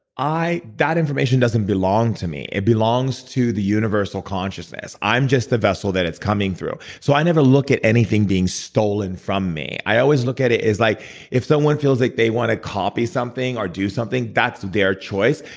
that information doesn't belong to me it belongs to the universal consciousness. i'm just the vessel that it's coming through. so i never look at anything being stolen from me. i always look at it as like if someone feels like they want to copy something or do something, that's their choice.